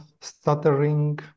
stuttering